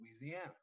Louisiana